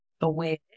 aware